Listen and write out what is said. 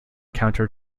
counter